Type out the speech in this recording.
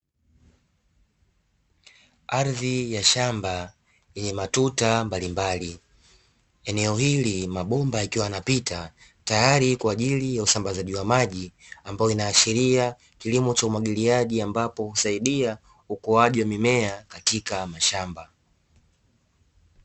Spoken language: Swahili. Ardhi ya shamba yenye matuta mbalimbali, eneo hili mabomba yakiwa yanapita tayari kwa ajili ya usambazaji wa maji, ambayo inaashiria kilimo cha umwagiliaji ambapo husaidia ukuwaji wa mimea katika shamba.